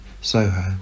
Soho